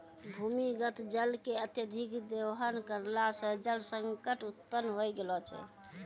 भूमीगत जल के अत्यधिक दोहन करला सें जल संकट उत्पन्न होय गेलो छै